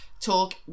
talk